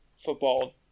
football